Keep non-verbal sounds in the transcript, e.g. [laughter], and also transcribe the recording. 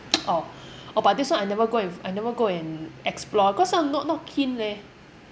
[noise] orh oh but this one I never go and I never go and explore cause I'm not not not keen leh